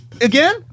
again